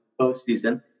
postseason